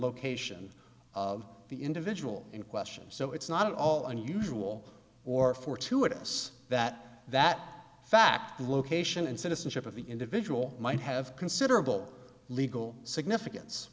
location of the individual in question so it's not at all unusual or fortuitous that that fact the location and citizenship of the individual might have considerable legal significance